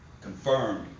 confirmed